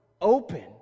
open